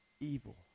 evil